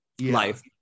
life